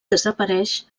desapareix